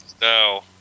no